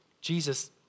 Jesus